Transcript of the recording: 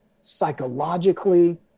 psychologically